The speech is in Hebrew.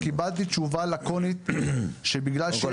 וקיבלתי תשובה לקונית שבגלל שהם --- קודם כל,